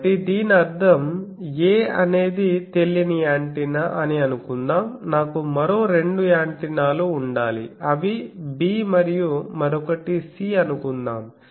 కాబట్టి దీని అర్థం a అనేది తెలియని యాంటెన్నా అని అనుకుందాం నాకు మరో రెండు యాంటెన్నాలు ఉండాలి అవి b మరియు మరొకటి c అనుకుందాం